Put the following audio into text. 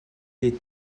les